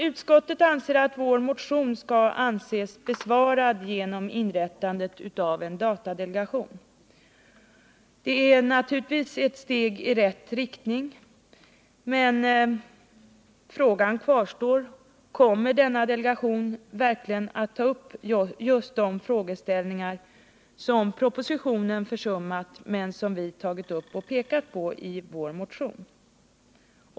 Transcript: Utskottet anser att vår motion skall anses besvarad genom inrättandet av en datadelegation. Det är naturligtvis ett steg i rätt riktning, men frågan kvarstår: Kommer denna delegation verkligen att ta upp just de frågeställningar som propositionen försummat men som vi tagit upp och pekat på i vår motion?